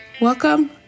Welcome